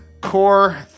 core